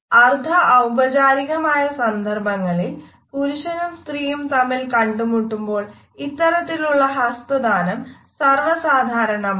അർദ്ധ ഔപചാരികമായ സന്ദർഭങ്ങളിൽ പുരുഷനും സ്ത്രീയും തമ്മിൽ കണ്ടുമുട്ടുമ്പോൾ ഇത്തരത്തിലുള്ള ഹസ്തദാനം സർവ്വസാധാരണമാണ്